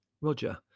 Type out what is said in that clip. Roger